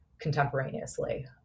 contemporaneously